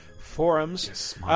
forums